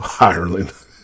Ireland